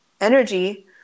energy